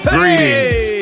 Greetings